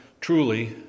Truly